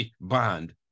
Bond